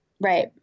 Right